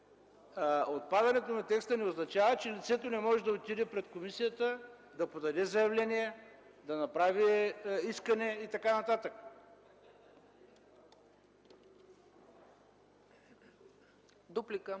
Отпадането на текста не означава, че лицето не може да отиде пред комисията да подаде заявление, да направи искане и така нататък.